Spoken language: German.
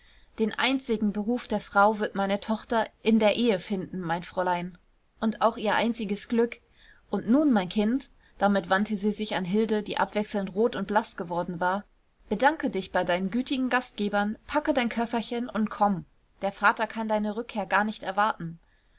den einzigen beruf der frau wird meine tochter in der ehe finden mein fräulein und auch ihr einziges glück und nun mein kind damit wandte sie sich an hilde die abwechselnd rot und blaß geworden war bedanke dich bei deinen gütigen gastgebern packe dein köfferchen und komm der vater kann deine rückkehr gar nicht erwarten